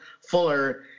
Fuller